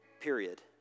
period